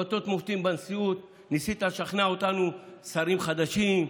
באותות ובמופתים בנשיאות ניסית לשכנע אותנו: שרים חדשים,